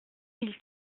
mille